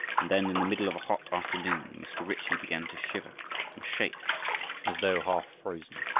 and then, in the middle of a hot afternoon, mr. ritchie began to shiver and shake as though half frozen.